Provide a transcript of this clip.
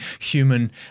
human